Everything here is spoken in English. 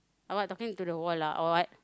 or what talking to the wall or what